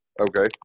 Okay